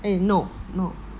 eh no no